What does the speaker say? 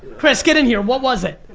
chris, get in here, what was it?